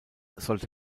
sollte